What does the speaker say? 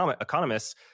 economists